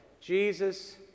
Jesus